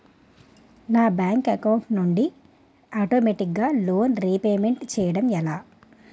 నా bank account నుండి ఆటోమేటిగ్గా లోన్ రీపేమెంట్ చేయడం ఎలా?